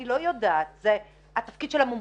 אני לא יודעת, זה התפקיד של המומחים,